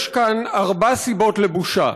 יש כאן ארבע סיבות לבושה.